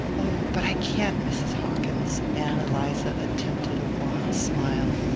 oh, but i can't, mrs. hawkins. ann eliza attempted a wan smile.